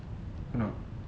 aku nak